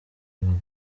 abagabo